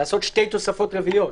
לעשות שתי תוספות רביעיות?